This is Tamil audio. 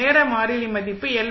நேர மாறிலி மதிப்பு LR